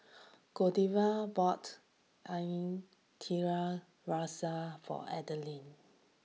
Giovanna bought Ikan Tiga Rasa for Adline